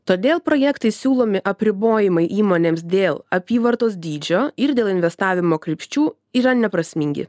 todėl projektai siūlomi apribojimai įmonėms dėl apyvartos dydžio ir dėl investavimo krypčių yra neprasmingi